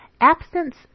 Absence